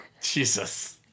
Jesus